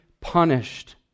punished